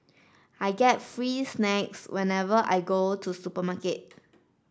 I get free snacks whenever I go to supermarket